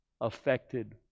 affected